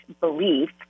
belief